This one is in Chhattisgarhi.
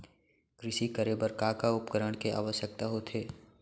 कृषि करे बर का का उपकरण के आवश्यकता होथे?